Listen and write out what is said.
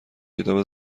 کتاب